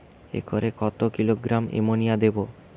একরে কত kilogram ammonia দেবো?